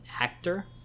actor